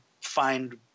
find